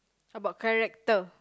about character